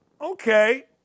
okay